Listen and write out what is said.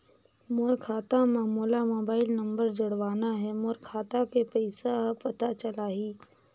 मोर खाता मां मोला मोबाइल नंबर जोड़वाना हे मोर खाता के पइसा ह पता चलाही?